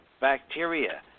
bacteria